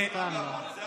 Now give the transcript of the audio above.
נתן לו.